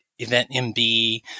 EventMB